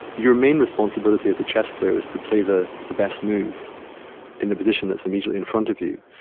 your main responsibility as a chess player is to play the the best move in the position that's immediately in front of you.